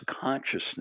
consciousness